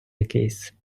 якийсь